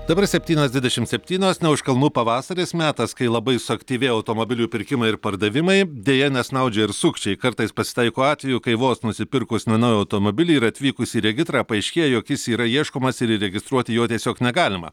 dabar septynios dvidešimt septynios ne už kalnų pavasaris metas kai labai suaktyvėjo automobilių pirkimai ir pardavimai deja nesnaudžia ir sukčiai kartais pasitaiko atvejų kai vos nusipirkus na naują automobilį ir atvykus į regitrą paaiškė jog jis yra ieškomas ir įregistruoti jo tiesiog negalima